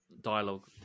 dialogue